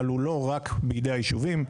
אבל הוא לא רק בידי היישובים.